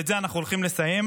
ואת זה אנחנו הולכים לסיים.